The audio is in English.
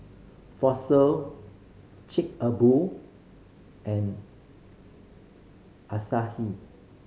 Fossil Chic a Boo and Asahi